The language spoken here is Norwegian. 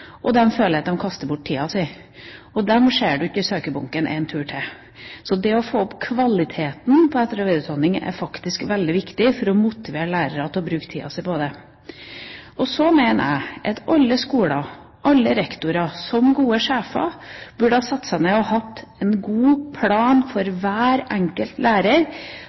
føler at de kaster bort tida si, og da ser du dem ikke i søkerbunken en tur til. Så det å få opp kvaliteten på etter- og videreutdanning er faktisk veldig viktig for å motivere lærere til å bruke tida si på det. Så mener jeg at alle skoler, alle rektorer, som gode sjefer, burde satt seg ned og laget en god plan for hver enkelt lærer